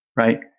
right